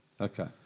Okay